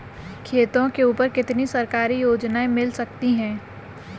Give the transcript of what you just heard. खेतों के ऊपर कितनी सरकारी योजनाएं मिल सकती हैं?